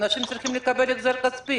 אנשים צריכים לקבל החזר כספי.